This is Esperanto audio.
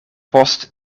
post